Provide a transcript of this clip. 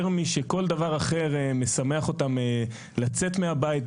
יותר משכל דבר אחר משמח אותם לצאת מהבית,